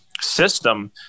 System